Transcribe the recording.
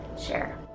share